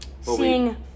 seeing